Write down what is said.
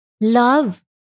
love